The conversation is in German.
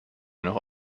noch